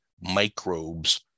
microbes